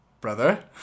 brother